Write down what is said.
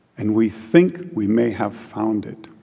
and we think we may have found it.